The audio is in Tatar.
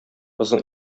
озын